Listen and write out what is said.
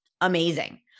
Amazing